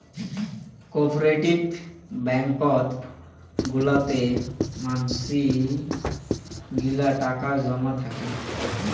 cooperative ব্যাঙ্কত গুলাতে মানসি গিলা টাকা জমাই থাকি